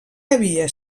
havia